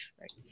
Right